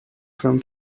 from